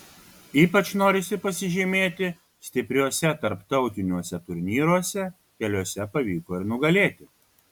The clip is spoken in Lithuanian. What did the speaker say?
ypač norisi pasižymėti stipriuose tarptautiniuose turnyruose keliuose pavyko ir nugalėti